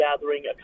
Gathering